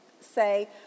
say